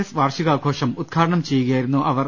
S വാർഷികാഘോഷം ഉദ്ഘാടനം ചെയ്യുകയായിരുന്നു മന്ത്രി